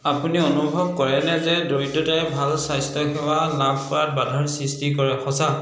আপুনি অনুভৱ কৰেনে যে দৰিদ্ৰতাই ভাল স্বাস্থ্যসেৱা লাভ কৰাত বাধাৰ সৃষ্টি কৰে সঁচা